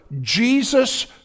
Jesus